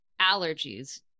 allergies